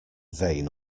vain